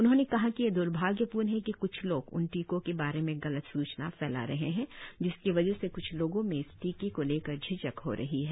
उन्होंने कहा कि यह द्र्भाग्यपूर्ण है कि क्छ लोग उन टीकों के बारे में गलत सूचना फैला रहे हैं जिसकी वजह से क्छ लोगों में इस टीके को लेकर झिझक हो रही है